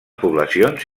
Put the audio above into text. poblacions